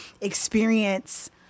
experience